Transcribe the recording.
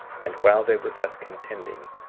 and while they were thus contending,